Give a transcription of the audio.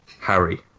Harry